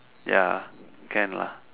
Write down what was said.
ya can lah